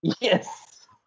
Yes